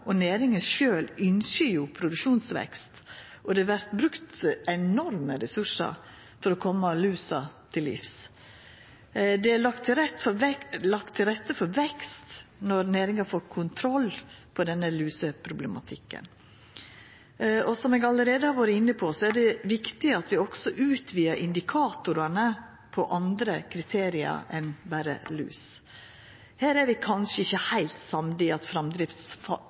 og næringa sjølv ynskjer produksjonsvekst, og det vert brukt enorme ressursar for å koma lusa til livs. Det er lagt til rette for vekst når næringa får kontroll på denne luseproblematikken. Som eg allereie har vore inne på, er det viktig at vi også utvidar indikatorane på andre kriterium enn berre lus. Her er vi kanskje ikkje heilt samde i at